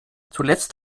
zuletzt